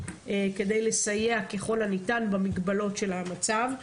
כדי לסייע ככל הניתן במגבלות של המצב.